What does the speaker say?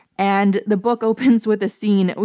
and the book opens with a scene.